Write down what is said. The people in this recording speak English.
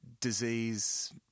disease